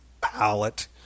palette